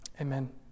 Amen